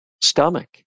stomach